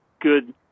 good